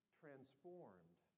transformed